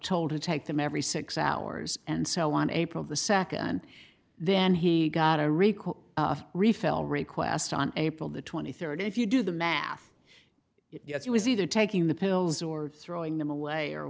told to take them every six hours and so on april the second then he got a recall refill request on april the twenty third if you do the math yes he was either taking the pills or throwing them away or